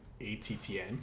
ATTN